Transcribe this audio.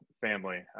family